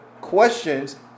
questions